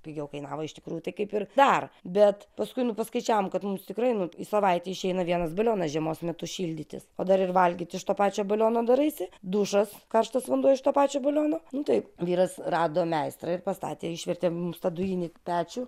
pigiau kainavo iš tikrųjų tai kaip ir dar bet paskui paskaičiavom kad mums tikrai nu į savaitei išeina vienas balionas žiemos metu šildytis o dar ir valgyt iš to pačio baliono darai dušas karštas vanduo iš to pačio baliono nu tai vyras rado meistrą ir pastatė išvertė mums tą dujinį pečių